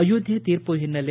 ಅಯೋಧ್ವೆ ತೀರ್ಪು ಹಿನ್ನೆಲೆ